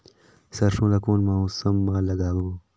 सरसो ला कोन मौसम मा लागबो?